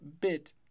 bit